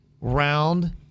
Round